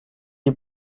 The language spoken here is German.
die